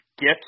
get